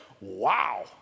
wow